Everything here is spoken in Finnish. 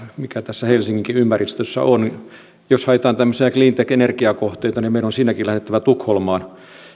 mikä tässä helsinginkin ympäristössä on jos haetaan tämmöisiä cleantech energiakohteita niin meidän on siinäkin lähdettävä tukholmaan